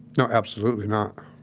no, absolutely not